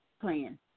plan